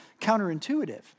counterintuitive